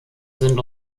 sind